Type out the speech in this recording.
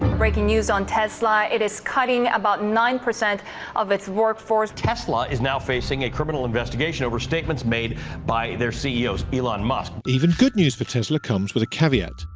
breaking news on tesla it is cutting about nine percent of its workforce. tesla is now facing a criminal investigation over statements made by their ceo's elon musk. even good news for tesla comes with a caveat.